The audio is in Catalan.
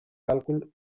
càlcul